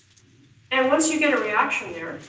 and once you get a reaction there